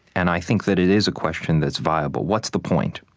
and i think that it is a question that's viable. what's the point?